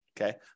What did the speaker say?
Okay